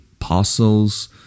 apostles